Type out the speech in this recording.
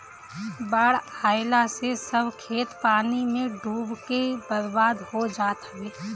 बाढ़ आइला से सब खेत पानी में डूब के बर्बाद हो जात हवे